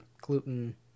gluten